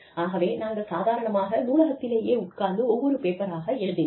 ஆகவே நாங்கள் சாதாரணமாக நூலகத்திலேயே உட்கார்ந்து ஒவ்வொரு பேப்பராக எழுதினேன்